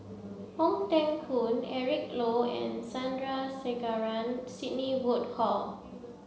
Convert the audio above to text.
Ong Teng Koon Eric Low and Sandrasegaran Sidney Woodhull